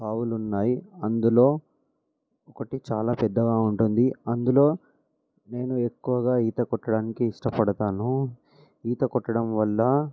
బావులు ఉన్నాయి అందులో ఒకటి చాలా పెద్దగా ఉంటుంది అందులో నేను ఎక్కువగా ఈత కొట్టడానికి ఇష్టపడతాను ఈత కొట్టడం వల్ల